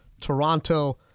Toronto